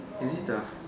is it the f~